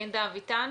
לינדה אביטן?